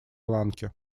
ланки